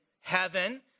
heaven